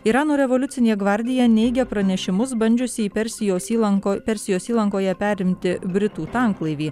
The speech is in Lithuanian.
irano revoliucinė gvardija neigia pranešimus bandžiusi į persijos įlanko persijos įlankoje perimti britų tanklaivį